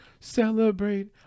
Celebrate